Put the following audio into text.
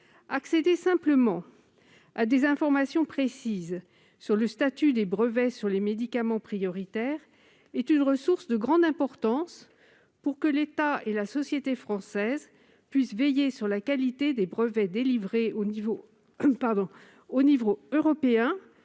Accéder simplement à des informations précises sur le statut de ces brevets est une ressource de grande importance pour que l'État et la société française puissent veiller sur la qualité des brevets délivrés au niveau européen